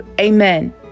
Amen